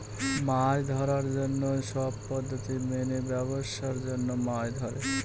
মাছ ধরার জন্য সব পদ্ধতি মেনে ব্যাবসার জন্য মাছ ধরে